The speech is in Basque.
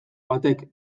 batek